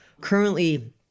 Currently